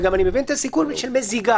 ואני גם מבין את הסיכון של מזיגה.